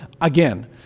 again